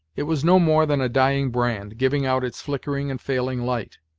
it was no more than a dying brand, giving out its flickering and failing light